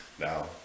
Now